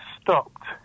stopped